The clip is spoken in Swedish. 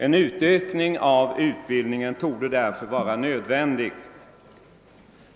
En utökning av utbildningen torde därför vara nödvändig.